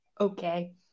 okay